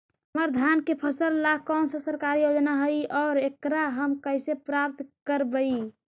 हमर धान के फ़सल ला कौन सा सरकारी योजना हई और एकरा हम कैसे प्राप्त करबई?